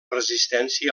resistència